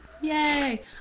Yay